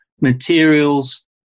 materials